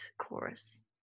chorus